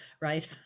right